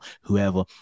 whoever